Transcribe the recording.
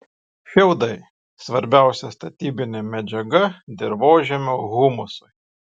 šiaudai svarbiausia statybinė medžiaga dirvožemio humusui